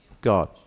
God